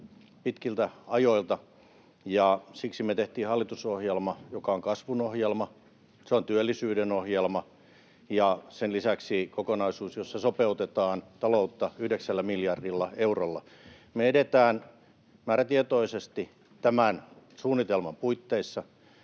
pitkiltä ajoilta. Siksi me tehtiin hallitusohjelma, joka on kasvun ohjelma, se on työllisyyden ohjelma ja sen lisäksi kokonaisuus, jossa sopeutetaan taloutta yhdeksällä miljardilla eurolla. Me edetään määrätietoisesti tämän suunnitelman puitteissa